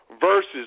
versus